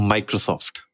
Microsoft